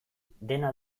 dena